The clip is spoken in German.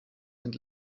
sind